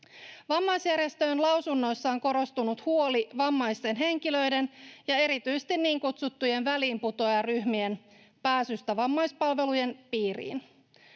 Vammaisjärjestöjen lausunnoissa on korostunut huoli vammaisten henkilöiden ja erityisesti niin kutsuttujen väliinputoajaryhmien pääsystä vammaispalvelujen piiriin.